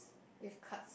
with cards